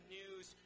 news